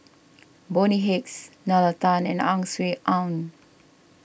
Bonny Hicks Nalla Tan and Ang Swee Aun